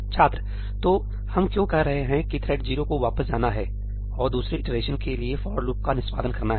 छात्र तो हम क्यों कह रहे हैं कि थ्रेड 0 को वापस जाना है और दूसरे इटरेशन के लिए फॉर लूपका निष्पादन करना है